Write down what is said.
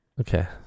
okay